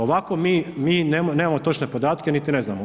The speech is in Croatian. Ovako mi nemamo točne podatke niti ne znamo.